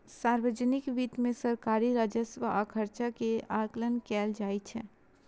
सार्वजनिक वित्त मे सरकारी राजस्व आ खर्च के आकलन कैल जाइ छै